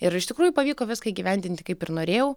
ir iš tikrųjų pavyko viską įgyvendinti kaip ir norėjau